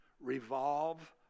revolve